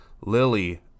lily